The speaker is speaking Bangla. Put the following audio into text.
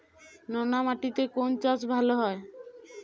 নোনা মাটিতে কোন চাষ ভালো হয়?